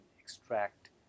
extract